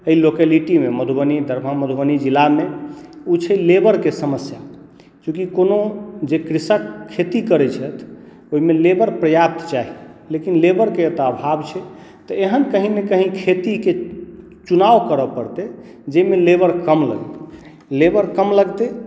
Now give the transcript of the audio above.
एहि लोकेलिटीमे मधुबनी दरभङ्गा मधुबनी जिलामे ओ छै लेबरके समस्या चूँकि कोनो जे कृषक खेती करैत छथि ओहिमे लेबर पर्याप्त चाही लेकिन लेबरके एकटा अभाव छै तऽ एहन कहीँ ने कहीँ खेतीके चुनाव करऽ पड़तै जाहिमे लेबर कम लगतै लेबर कम लगतै